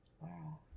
Wow